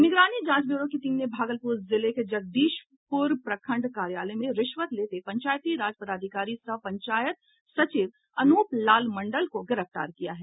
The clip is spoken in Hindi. निगरानी जांच ब्यूरो की टीम ने भागलपुर जिले के जगदीशपुर प्रखंड कार्यालय में रिश्वत लेते पंचायती राज पदाधिकारी सह पंयायत सचिव अनुप लाल मंडल को गिरफ्तार किया है